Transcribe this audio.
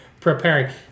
preparing